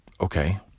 okay